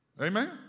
Amen